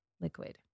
liquid